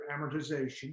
amortization